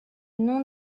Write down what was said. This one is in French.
nom